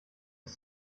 ist